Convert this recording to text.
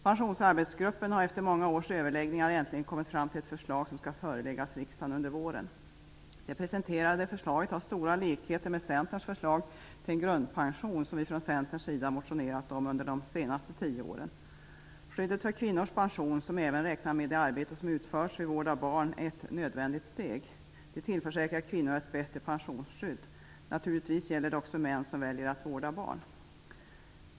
Pensionsarbetsgruppen har efter många års överläggningar äntligen kommit fram till ett förslag som skall föreläggas riksdagen under våren. Det presenterade förslaget har stora likheter med Centerns förslag till en grundpension. Vi i Centern har motionerat om detta under de senaste tio åren. Skyddet för kvinnors pension är ett nödvändigt steg. Det är viktigt att man även räknar med det arbete som utförts vid vård av barn. Det tillförsäkrar kvinnor ett bättre pensionsskydd. Naturligtvis gäller det också män som väljer att vårda barn.